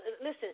Listen